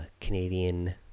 Canadian